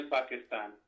Pakistan